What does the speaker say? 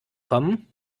kommen